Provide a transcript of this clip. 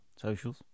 Socials